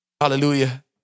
hallelujah